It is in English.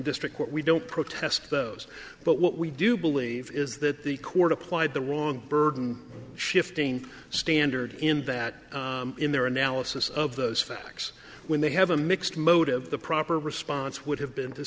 district what we don't protest those but what we do believe is that the court applied the wrong burden shifting standard in that in their analysis of those facts when they have a mixed motive the proper response would have been to